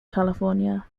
california